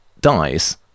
dies